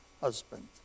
husband